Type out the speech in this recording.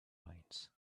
lines